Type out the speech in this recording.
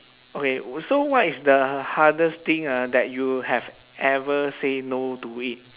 okay uh so what is the hardest thing ah that you have ever say no to it